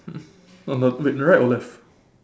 on the wait the right or left